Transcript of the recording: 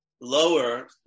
lower